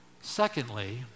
Secondly